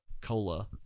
cola